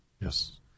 Yes